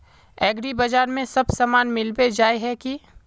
एग्रीबाजार में सब सामान मिलबे जाय है की?